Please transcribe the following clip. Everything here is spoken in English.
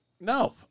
No